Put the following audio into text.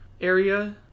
area